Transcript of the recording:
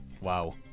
Wow